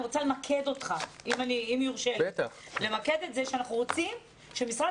אני רוצה למקד את זה שאנחנו רוצים שמשרד